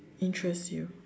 interests you